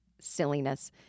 silliness